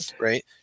right